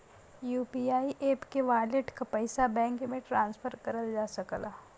UPI app के wallet क पइसा बैंक में ट्रांसफर करल जा सकला